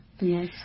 Yes